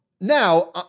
Now